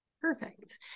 Perfect